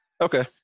Okay